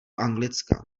anglická